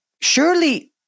Surely